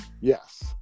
Yes